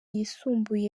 yisumbuye